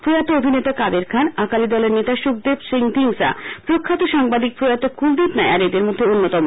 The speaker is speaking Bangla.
প্রয়াত অভিনেতা কাদের খান আকালি দলের নেতা সুখদেব সিং ধিংসা প্রখ্যাত সাংবাদিক প্রয়াত কূলদীপ নায়ার এদের মধ্যে অন্যতম